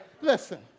Listen